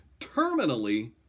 terminally